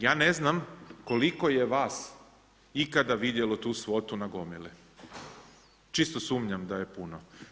Ja ne znam koliko je vas ikada vidjelo tu svotu na gomili, čisto sumnjam da je puno.